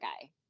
guy